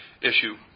issue